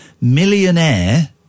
Millionaire